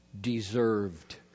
Deserved